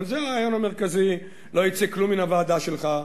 אבל זה הרעיון המרכזי: לא יצא כלום מהוועדה שלך,